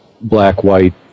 black-white